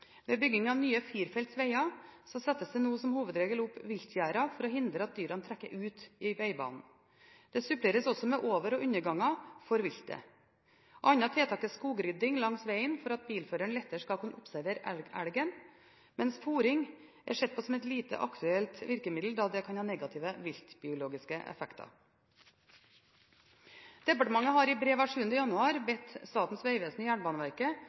Ved bygging av nye firefelts veger settes det nå som hovedregel opp viltgjerder for å hindre at dyrene trekker ut i vegbanen. Dette suppleres med over- og underganger for viltet. Andre tiltak er skogrydding langs vegen for at bilføreren lettere skal kunne observere elgen, mens fôring er sett på som et lite aktuelt virkemiddel, da det kan ha negative viltbiologiske effekter. Departementet har i brev av 7. januar bedt Statens vegvesen og Jernbaneverket